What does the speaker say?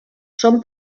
són